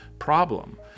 problem